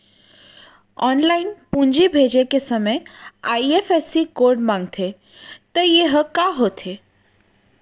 Online पूंजी भेजे के समय आई.एफ.एस.सी कोड माँगथे त ये ह का होथे?